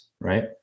right